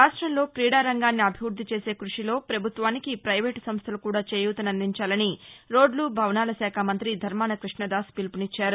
రాష్టంలో క్రీడారంగాన్ని అభివృద్దిచేసే కృషిలో పభుత్వానికి పైవేటు సంస్లలు కూడా చేయూత నందించాలని రోడ్లు భవనాల శాఖ మంతి ధర్మాన కృష్ణదాస్ పిలుపునిచ్చారు